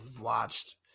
watched